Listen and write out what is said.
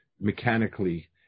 mechanically